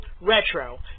Retro